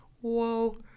Whoa